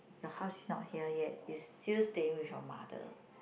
your house is not here yet you still staying with your mother